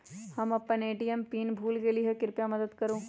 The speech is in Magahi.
हम अपन ए.टी.एम पीन भूल गेली ह, कृपया मदत करू